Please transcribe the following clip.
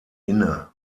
inne